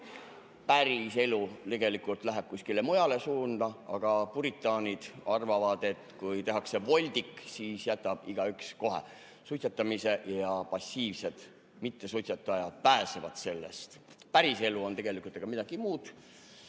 Päriselu läheb kuskile mujale suunda, aga puritaanid arvavad, et kui tehakse voldik, siis jätab igaüks kohe suitsetamise maha ja passiivsed mittesuitsetajad pääsevad sellest. Päriselu on aga midagi muud.